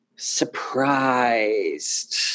surprised